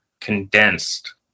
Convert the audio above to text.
condensed